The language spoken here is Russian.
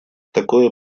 такое